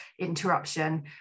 interruption